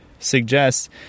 suggest